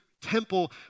temple